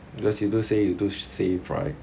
because you do say you do save save right